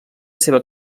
seva